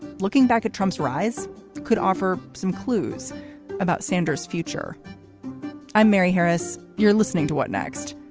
looking back at trump's rise could offer some clues about sanders future i'm mary harris. you're listening to what next.